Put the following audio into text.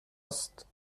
است